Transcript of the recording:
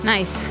Nice